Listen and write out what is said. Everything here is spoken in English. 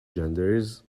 genders